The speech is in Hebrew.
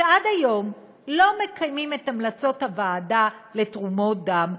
שעד היום לא מקיימים את המלצות הוועדה לתרומות דם,